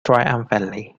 triumphantly